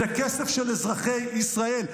זה כסף של אזרחי ישראל.